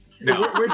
No